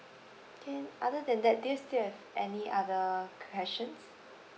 can other than that do you still have any other questions